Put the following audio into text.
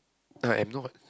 I am not